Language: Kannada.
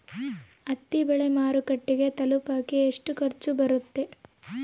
ಹತ್ತಿ ಬೆಳೆ ಮಾರುಕಟ್ಟೆಗೆ ತಲುಪಕೆ ಎಷ್ಟು ಖರ್ಚು ಬರುತ್ತೆ?